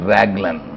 Raglan